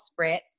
spritz